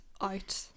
out